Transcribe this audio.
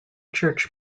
church